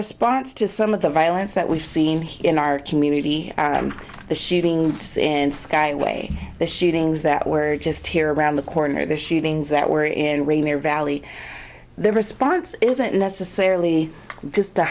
response to some of the violence that we've seen in our community the shooting and skyway the shootings that were just here around the corner the shootings that were in their valley the response isn't necessarily just the